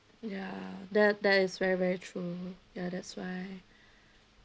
ya that that is very very true ya that's why